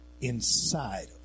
inside